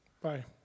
Bye